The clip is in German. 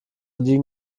liegen